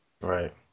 Right